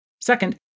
Second